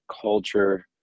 culture